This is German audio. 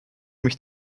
mich